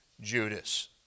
Judas